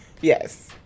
Yes